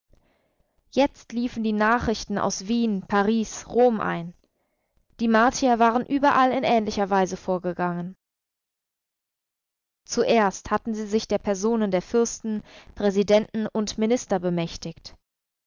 jetzt liefen die nachrichten aus wien paris rom ein die martier waren überall in ähnlicher weise vorgegangen zuerst hatten sie sich der personen der fürsten präsidenten und minister bemächtigt